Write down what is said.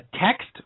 text